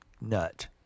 nut